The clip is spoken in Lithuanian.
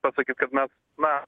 pasakyt kad na va